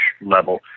level